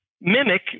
mimic